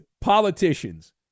politicians